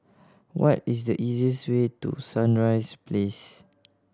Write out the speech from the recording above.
what is the easiest way to Sunrise Place